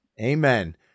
Amen